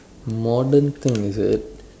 modern thing is it